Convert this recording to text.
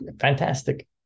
fantastic